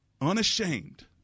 unashamed